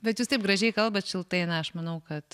bet jūs taip gražiai kalbat šiltai ane aš manau kad